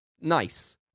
nice